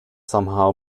somehow